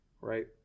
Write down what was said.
right